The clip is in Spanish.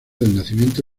nacimiento